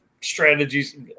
strategies